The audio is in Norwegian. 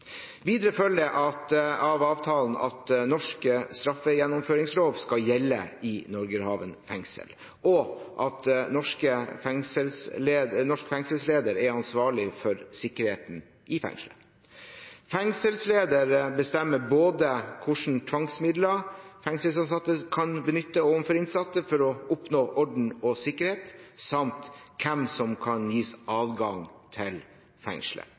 Videre følger det av avtalen at norsk straffegjennomføringslov skal gjelde i Norgerhaven fengsel, og at norsk fengselsleder er ansvarlig for sikkerheten i fengselet. Fengselsleder bestemmer både hvilke tvangsmidler fengselsansatte kan benytte overfor innsatte for å opprettholde orden og sikkerhet, og hvem som kan gis adgang til fengselet.